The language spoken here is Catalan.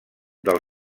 del